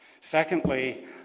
Secondly